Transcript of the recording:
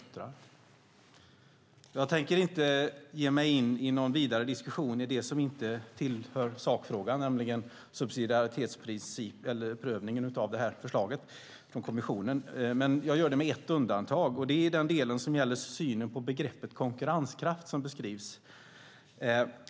Jag tänker inte ge mig in i någon vidare diskussion i det som inte tillhör sakfrågan, nämligen subsidiaritetsprincipen eller prövningen av förslaget från kommissionen. Jag gör ett undantag, och det är den del som gäller synen på begreppet konkurrenskraft.